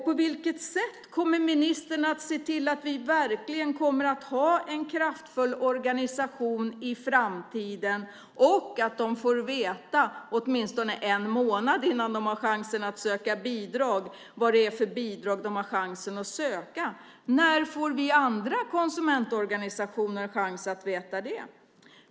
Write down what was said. På vilket sätt kommer ministern att se till att vi verkligen kommer att ha en kraftfull organisation i framtiden och att olika organisationer får veta åtminstone en månad innan de har chansen att söka bidrag vad det är för bidrag de har chansen att söka? När får vi i andra konsumentorganisationer chans att veta det?